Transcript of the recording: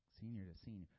Senior-to-senior